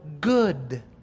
good